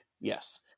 Yes